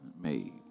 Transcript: made